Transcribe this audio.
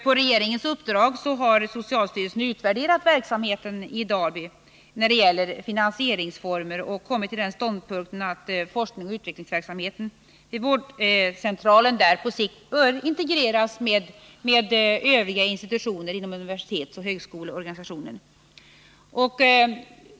På regeringens uppdrag har socialstyrelsen utvärderat verksamheten i Dalby när det gäller finansieringsformerna och kommit till den ståndpunkten, att forskningsoch utvecklingsverksamheten vid vårdcentralen där på sikt bör integreras med verksamheten vid övriga institutioner inom universitetsoch högskoleorganisationen.